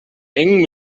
eng